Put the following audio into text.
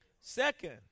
Second